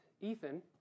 Ethan